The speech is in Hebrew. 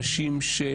נשים של,